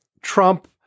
Trump